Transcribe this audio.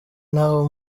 n’abo